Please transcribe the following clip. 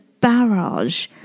barrage